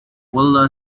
world